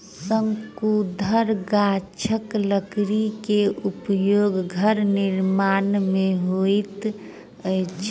शंकुधर गाछक लकड़ी के उपयोग घर निर्माण में होइत अछि